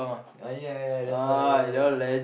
uh ya ya that's why that's why